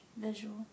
visual